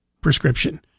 prescription